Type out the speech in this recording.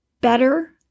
better